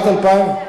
18% ב-2011.